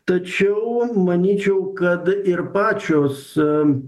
tačiau manyčiau kad ir pačios